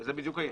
זה בדיוק ה,